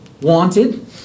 wanted